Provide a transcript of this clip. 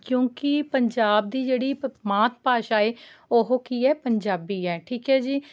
ਕਿਉਂਕਿ ਪੰਜਾਬ ਦੀ ਜਿਹੜੀ ਪ ਮਾਤ ਭਾਸ਼ਾ ਹੈ ਉਹ ਕੀ ਹੈ ਪੰਜਾਬੀ ਹੈ ਠੀਕ ਹੈ ਜੀ